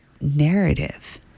narrative